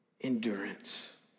endurance